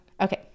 Okay